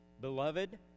Beloved